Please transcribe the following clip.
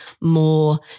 more